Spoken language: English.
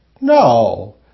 No